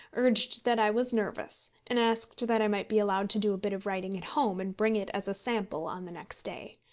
urged that i was nervous, and asked that i might be allowed to do a bit of writing at home and bring it as a sample on the next day.